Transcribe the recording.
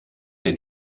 den